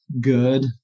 good